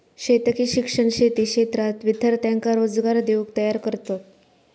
शेतकी शिक्षण शेती क्षेत्रात विद्यार्थ्यांका रोजगार देऊक तयार करतत